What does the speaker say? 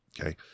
okay